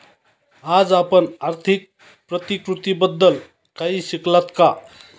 आज आपण आर्थिक प्रतिकृतीबद्दल काही शिकलात का?